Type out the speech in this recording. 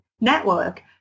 network